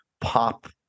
pop